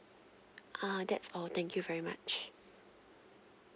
ah that's all thank you very much